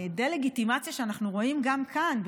מהדה-לגיטימציה שאנחנו רואים גם כאן,